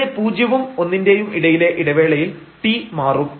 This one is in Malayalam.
ഇവിടെ പൂജ്യവും ഒന്നിന്റെയും ഇടയിലെ ഇടവേളയിൽ t മാറും